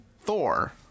Thor